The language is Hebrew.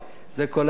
זה כל העניין.